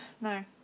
No